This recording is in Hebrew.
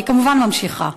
אני כמובן ממשיכה.